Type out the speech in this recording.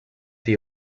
the